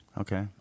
Okay